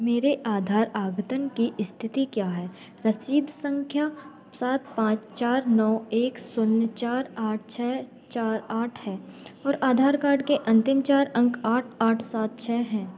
मेरे आधार आद्यतन की स्थिति क्या है रसीद संख्या सात पाँच चार नौ एक शून्य चार आठ छः चार आठ है और आधार कार्ड के अंतिम चार अंक आठ आठ सात छः है